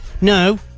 no